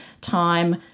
time